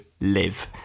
live